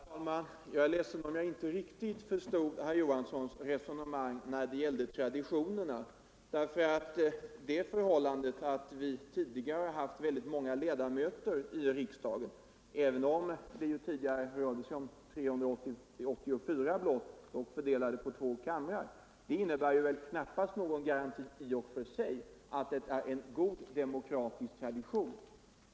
Herr talman! Jag är ledsen om jag inte riktigt förstod herr Johanssons resonemang när det gällde traditionerna. Det förhållandet att vi tidigare haft väldigt många ledamöter i riksdagen — det rörde sig tidigare om 384 ledamöter fördelade på två kamrar — är väl knappast i och för sig någon garanti för att det var en god demokratisk tradition.